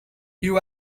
you